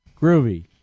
groovy